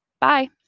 bye